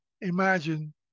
imagine